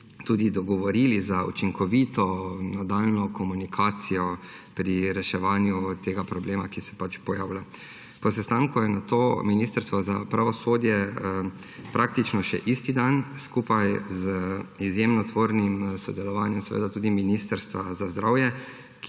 tudi dogovorili za učinkovito nadaljnjo komunikacijo pri reševanju tega problema, ki se pač pojavlja. Po sestanku je nato Ministrstvo za pravosodje praktično še isti dan, seveda skupaj z izjemno tvornim sodelovanjem Ministrstva za zdravje,